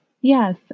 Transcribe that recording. Yes